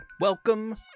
Welcome